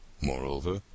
Moreover